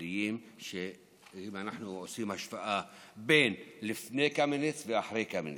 המינהליים אם אנחנו עושים השוואה בין לפני קמיניץ ואחרי קמיניץ.